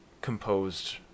composed